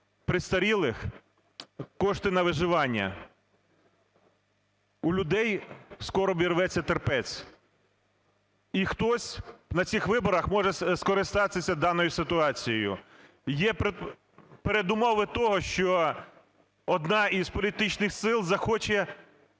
престарілих, кошти на виживання. У людей скоро обірветься терпець, і хтось на цих виборах може скористатися даною ситуацією. Є передумови того, що одна з політичних сил захоче